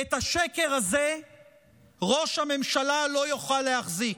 את השקר הזה ראש הממשלה לא יוכל להחזיק,